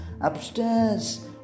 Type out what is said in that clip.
upstairs